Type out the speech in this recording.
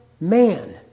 man